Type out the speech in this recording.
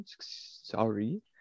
Sorry